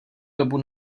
dobu